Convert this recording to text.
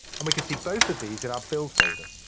and we can see both of these in our build folder.